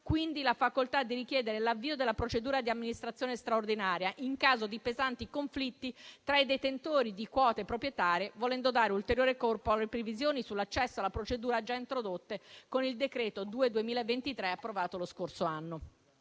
avranno la facoltà di richiedere l'avvio della procedura di amministrazione straordinaria in caso di pesanti conflitti tra i detentori di quote proprietarie, volendo dare ulteriore corpo alle previsioni sull'accesso alla procedura già introdotte con il decreto n. 2 del 2023, approvato lo scorso anno.